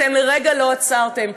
אתם לרגע לא עצרתם.